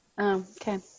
okay